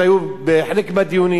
אני רוצה לומר כמה סעיפים,